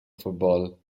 football